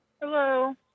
Hello